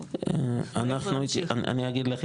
לא- אני אגיד לך,